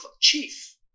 chief